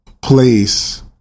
place